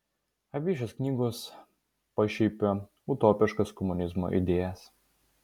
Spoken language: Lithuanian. abi šios knygos pašiepia utopiškas komunizmo idėjas